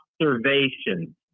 observation